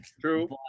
True